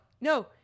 No